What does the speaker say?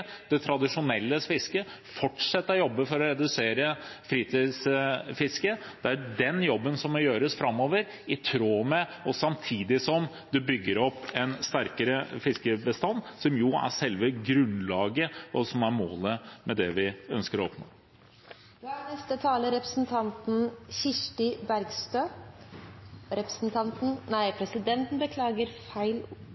det tradisjonelle fisket og fortsette å jobbe for å redusere fritidsfisket. Det er den jobben som må gjøres framover, samtidig som man bygger opp en sterkere fiskebestand, som jo er selve grunnlaget, som er målet, og det vi ønsker å oppnå. SVs standpunkt i denne saken bør ikke overraske noen. Vi er